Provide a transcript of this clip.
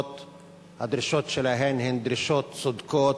הדרישות שלהם הן דרישות צודקות,